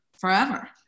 forever